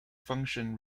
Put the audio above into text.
function